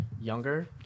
younger